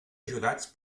ajudats